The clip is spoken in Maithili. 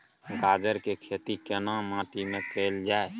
गाजर के खेती केना माटी में कैल जाए?